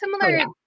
similar